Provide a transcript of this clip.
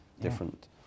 different